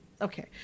Okay